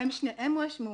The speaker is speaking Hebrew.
הם שניהם הואשמו